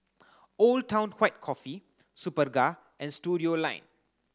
Old Town White Coffee Superga and Studioline